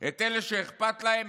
את אלה שאכפת להם,